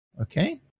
Okay